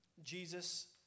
Jesus